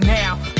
now